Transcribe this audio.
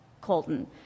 Colton